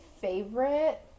favorite